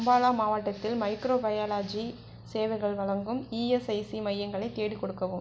அம்பாலா மாவட்டத்தில் மைக்ரோபயாலஜி சேவைகள் வழங்கும் இஎஸ்ஐசி மையங்களை தேடிக்கொடுக்கவும்